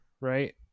right